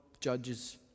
judges